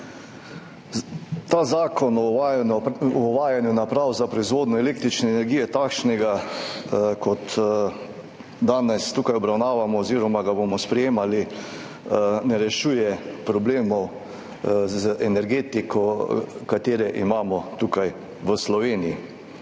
Zakon o uvajanju naprav za proizvodnjo električne energije, takšen, kot ga danes tukaj obravnavamo oziroma ga bomo sprejemali, ne rešuje problemov z energetiko, ki jih imamo tukaj v Sloveniji.